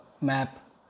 map